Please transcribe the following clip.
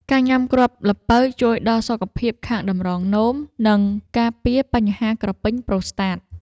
ការញ៉ាំគ្រាប់ល្ពៅជួយដល់សុខភាពខាងតម្រង់នោម និងការពារបញ្ហាក្រពេញប្រូស្តាត។